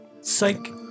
Psych